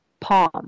palm